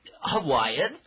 Hawaiian